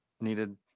needed